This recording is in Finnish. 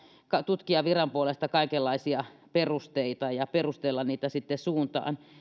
tutkia viran puolesta kaikenlaisia perusteita ja perustella niitä sitten suuntaan